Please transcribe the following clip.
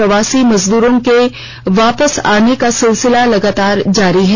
प्रवासी मजदूरों की वापसी आने का सिलसिला लगातार जारी है